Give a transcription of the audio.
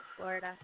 Florida